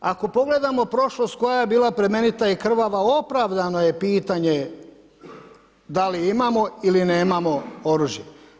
Ako pogledamo prošlost koja je bila plemenita i krvava opravdano je pitanje da li imamo ili nemamo oružje?